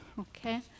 okay